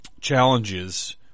challenges